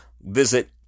visit